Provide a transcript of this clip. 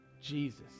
Jesus